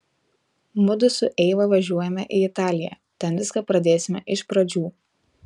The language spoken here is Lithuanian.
mudu su eiva važiuojame į italiją ten viską pradėsime iš pradžių